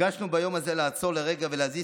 ביקשנו ביום הזה לעצור לרגע ולהזיז